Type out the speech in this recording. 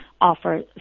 offer